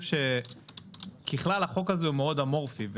החוק הזה מאוד אמורפי,